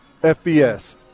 FBS